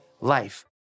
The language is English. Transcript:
life